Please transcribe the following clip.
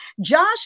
Josh